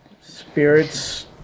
spirits